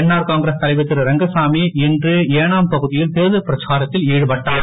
NR Congress தலைவர் திரு ரங்கசாமி இன்று ஏனாம் பகுதியில் தேர்தல் பிரச்சாரத்தில் ஈடுபட்டார்